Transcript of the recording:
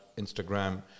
Instagram